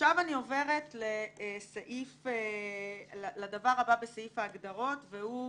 עכשיו אני עוברת לדבר הבא בסעיף ההגדרות והוא